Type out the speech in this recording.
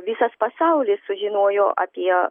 visas pasaulis sužinojo apie